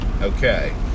okay